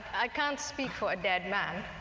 i can't speak for a dead man.